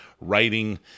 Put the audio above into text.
writing